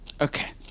Okay